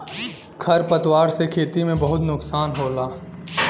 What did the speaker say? खर पतवार से खेती में बहुत नुकसान होला